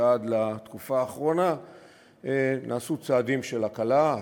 ועד לתקופה האחרונה נעשו צעדים של הקלה,